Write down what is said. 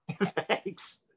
Thanks